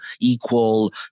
equal